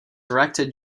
erected